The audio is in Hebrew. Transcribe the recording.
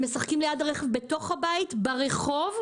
הם משחקים ליד הרכב בתוך הבית, ברחוב.